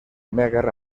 guerra